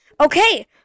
Okay